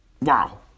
Wow